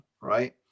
right